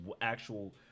actual